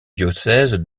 diocèse